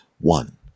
One